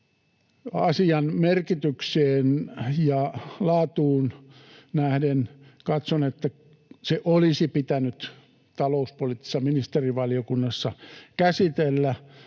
Asian merkitykseen ja laatuun nähden katson, että se olisi pitänyt talouspoliittisessa ministerivaliokunnassa käsitellä.